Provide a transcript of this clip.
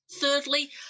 Thirdly